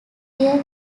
year